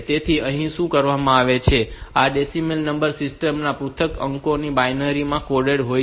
તેથી અહીં શું કરવામાં આવે છે કે આ ડેસીમલ નંબર સિસ્ટમ ના આ પૃથક અંકો તેઓ બાઈનરી માં કોડેડ હોય છે